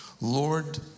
Lord